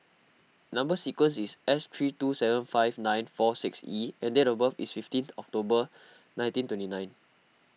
Number Sequence is S three two seven five nine four six E and date of birth is fifteenth October nineteen twenty nine